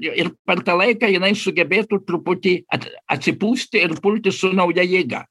ir per tą laiką jinai sugebėtų truputį at atsipūsti ir pulti su nauja jėga